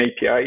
API